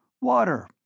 water